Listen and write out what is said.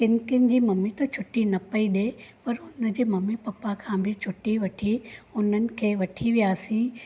किन किन जी ममी त छुटी न पई ॾिए पर हुनजे ममी पपा खां बि छुटी वठी हुननि खे वठी वयासीं